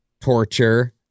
Torture